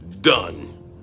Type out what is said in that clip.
Done